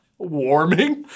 Warming